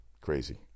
Crazy